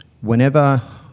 whenever